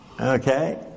Okay